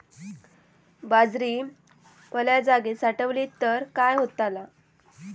बाजरी वल्या जागेत साठवली तर काय होताला?